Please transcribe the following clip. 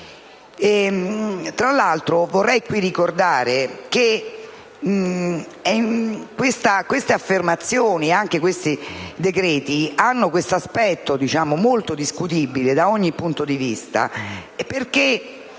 Tra l'altro, vorrei qui ricordare che queste affermazioni nonché questi decreti hanno un aspetto molto discutibile da ogni punto di vista,